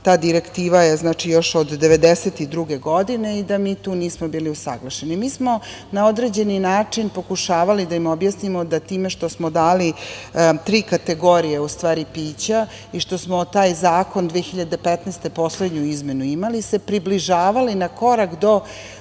ta direktiva još od 1992. godine i da mi tu nismo bili usaglašeni. Mi smo na određeni način pokušavali da im objasnimo da time što smo dali tri kategorije u stvari pića i što smo taj zakon 2015. godine, poslednju izmenu imali, se približavali na korak do